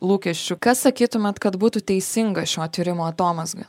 lūkesčių kas sakytumėt kad būtų teisinga šio tyrimo atomazga